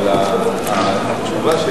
אבל התשובה,